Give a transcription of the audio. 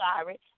sorry